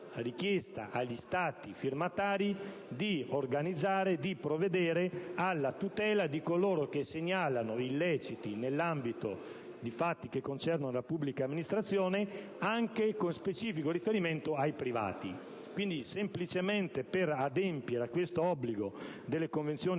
richiesta agli Stati firmatari di provvedere alla tutela di coloro che segnalano illeciti nell'ambito di fatti che concernono la pubblica amministrazione, anche con specifico riferimento ai privati. Quindi, semplicemente per adempiere a questo obbligo delle Convenzione